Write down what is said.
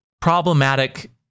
problematic